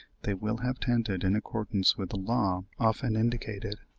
they will have tended, in accordance with the law often indicated,